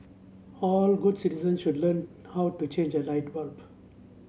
all good citizens should learn how to change a light bulb